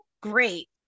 Great